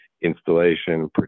installation